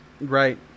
Right